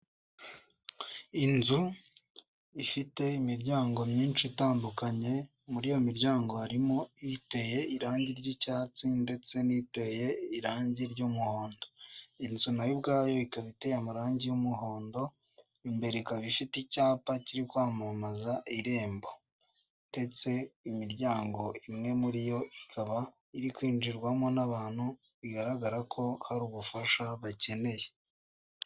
Inzu ifite imiryango myinshi itandukanye muri iyo miryango harimo iteye irange ry'icyatsi ndetse niteye irange ry'umuhondo inzu nayo ubwayo ikaba iteye amarange y'umuhondo, imbere ikaba ifite icyapa cyiri kwamamaza Irembo ndetse imiryango imwe muri yo ikaba iri kwinjirwamo n'abantu bigaragara ko hari ubufasha bakeneye.